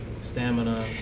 stamina